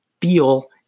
feel